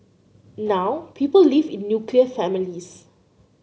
now people live in nuclear families